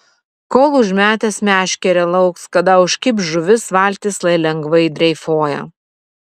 kol užmetęs meškerę lauks kada užkibs žuvis valtis lai lengvai dreifuoja